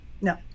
No